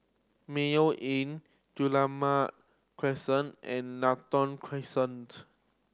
Mayo Inn Crescent and Lentor Crescent